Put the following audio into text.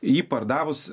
jį pardavus